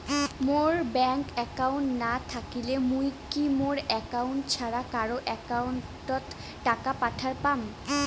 মোর bank account না থাকিলে মুই কি মোর একাউন্ট ছাড়া কারো একাউন্ট অত টাকা পাঠের পাম?